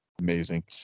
Amazing